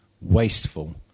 wasteful